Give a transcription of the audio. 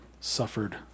suffered